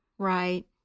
Right